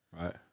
Right